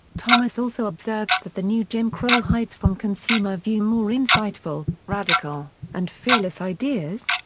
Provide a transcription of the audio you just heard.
thomas also observes that the new jim crow hides from consumer view more insightful, radical, and fearless ideas,